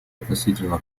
относительно